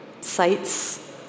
sites